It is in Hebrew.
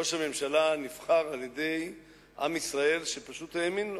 ראש הממשלה נבחר על-ידי עם ישראל שפשוט האמין לו.